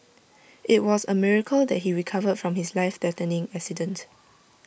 IT was A miracle that he recovered from his life threatening accident